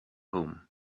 home